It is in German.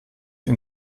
ihn